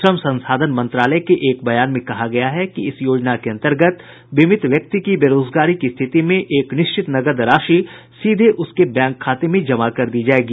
श्रम संसाधन मंत्रालय के एक बयान में कहा गया है कि इस योजना के अंतर्गत बीमित व्यक्ति की बेरोजगारी की स्थिति में एक निश्चित नकद राशि सीधे उसके खाते में जमा कर दी जाएगी